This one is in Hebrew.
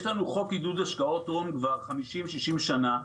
יש לנו חוק עידוד השקעות הון כבר 50-60 שנה.